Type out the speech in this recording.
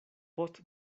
post